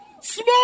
small